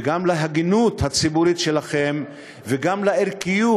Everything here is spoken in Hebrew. וגם להגינות הציבורית שלכם וגם לערכיות